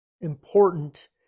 important